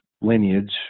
lineage